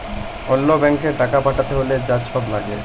অল্য ব্যাংকে টাকা পাঠ্যাতে হ্যলে যা ছব ল্যাগে